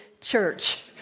church